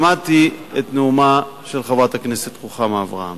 שמעתי את נאומה של חברת הכנסת רוחמה אברהם.